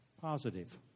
positive